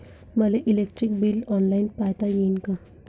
मले electric bill online पायता येईन का?